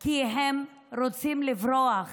כי הם רוצים לברוח